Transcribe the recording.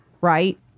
Right